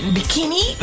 Bikini